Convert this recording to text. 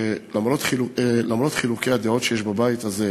שלמרות חילוקי הדעות שיש בבית הזה,